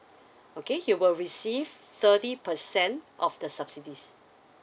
okay he will receive thirty percent of the subsidies